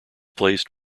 placed